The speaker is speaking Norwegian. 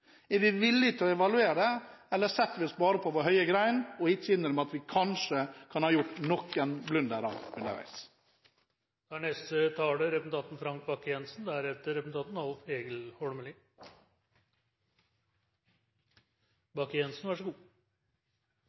Er vi villige til å evaluere, eller setter vi oss bare på vår høye gren og innrømmer ikke at vi kanskje kan ha gjort noen blundere underveis? Vi debatterer en